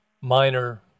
minor